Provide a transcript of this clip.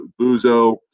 Buzo